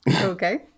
Okay